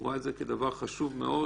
רואה את זה כדבר חשוב מאוד,